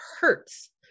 hurts